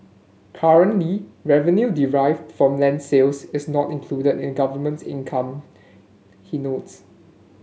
currently revenue derived from land sales is not included in government's income he notes